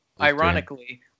Ironically